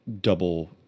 double